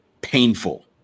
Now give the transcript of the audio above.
painful